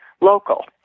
local